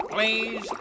Please